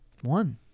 One